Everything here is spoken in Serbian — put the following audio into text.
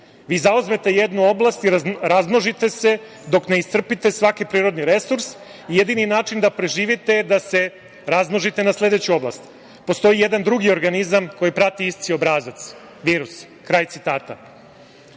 Vi zauzmete jednu oblast, razmnožite se dok ne iscrpite svaki prirodni resurs. Jedini način da preživite je da se razmnožite na sledeću oblast. Postoji jedan drugi organizam koji prati isti obrazac – virus“, kraj citata. Verujem